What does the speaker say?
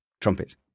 Trumpets